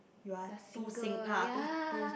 you're too sing~ ah too too